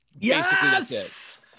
Yes